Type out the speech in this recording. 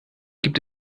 gibt